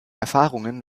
erfahrungen